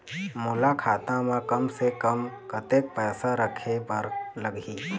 मोला खाता म कम से कम कतेक पैसा रखे बर लगही?